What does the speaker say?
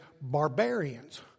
barbarians